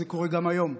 זה קורה גם היום.